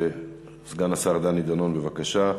סגן השר דני דנון, בבקשה.